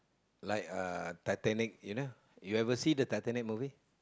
like a Titanic you know you ever see the Titanic movie